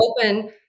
open